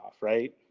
Right